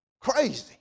Crazy